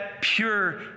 pure